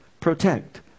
Protect